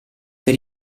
per